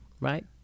right